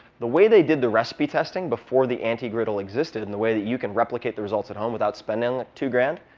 the way they did the recipe testing before the anti-griddle existed, and the way that you can replicate the results at home without spending two thousand